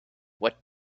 what